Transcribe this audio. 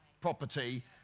property